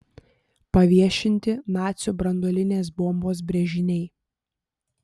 paviešinti nacių branduolinės bombos brėžiniai